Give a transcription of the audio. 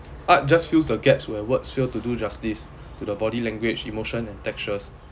art just fills the gaps where words fail to do justice to the body language emotion and textures